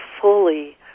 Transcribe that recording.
fully